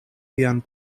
vian